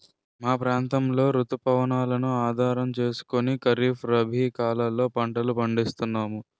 మా ప్రాంతంలో రుతు పవనాలను ఆధారం చేసుకుని ఖరీఫ్, రబీ కాలాల్లో పంటలు పండిస్తున్నాము